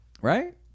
Right